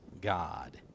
God